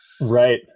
Right